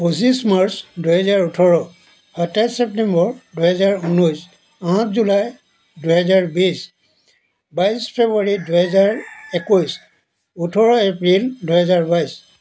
পঁচিছ মাৰ্চ দুহেজাৰ ওঁঠৰ সাতাইছ চেপ্তেম্বৰ দুহেজাৰ ঊনৈছ আঠ জুলাই দুহেজাৰ বিশ বাইছ ফেব্ৰুৱাৰী দুহেজাৰ একৈছ ওঁঠৰ এপ্ৰিল দুহেজাৰ বাইছ